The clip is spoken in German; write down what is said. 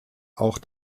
auch